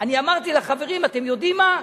אני אמרתי לחברים: אתם יודעים מה,